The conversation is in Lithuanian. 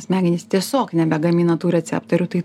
smegenys tiesiog nebegamina tų receptorių tai